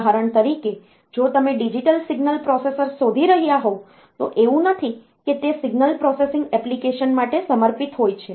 ઉદાહરણ તરીકે જો તમે ડિજિટલ સિગ્નલ પ્રોસેસર શોધી રહ્યા હોવ તો એવું નથી કે તે સિગ્નલ પ્રોસેસિંગ એપ્લિકેશન માટે સમર્પિત હોય છે